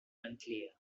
unclear